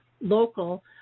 local